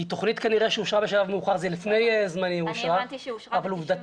היא תוכנית שאושרה כנראה בשלב מאוחר --- אני הבנתי שהיא אושרה ב-93'.